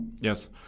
Yes